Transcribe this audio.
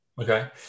Okay